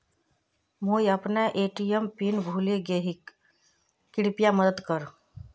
मुई अपना ATM PIN भूले गही कृप्या मदद कर